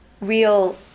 real